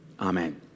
Amen